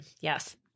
Yes